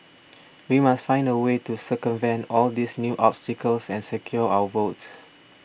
we must find a way to circumvent all these new obstacles and secure our votes